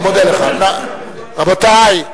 רבותי,